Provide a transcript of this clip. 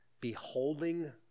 beholding